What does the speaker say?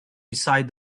beside